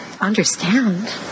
Understand